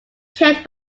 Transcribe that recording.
kept